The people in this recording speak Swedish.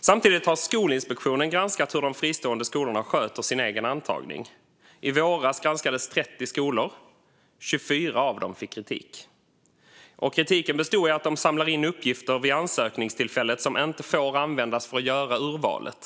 Samtidigt har Skolinspektionen granskat hur de fristående skolorna sköter sin egen antagning. I våras granskades 30 skolor, och 24 av dem fick kritik. Kritiken bestod i att de samlar in uppgifter vid ansökningstillfället som inte får användas för att göra urvalet.